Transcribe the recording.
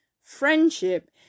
friendship